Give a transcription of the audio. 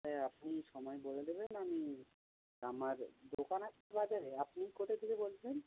হ্যাঁ আপনি সময় বলে দেবেন আমি আমার দোকান আছে বাজারে আপনি কোথা থেকে বলছেন